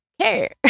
care